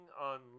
on